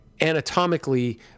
anatomically